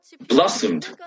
blossomed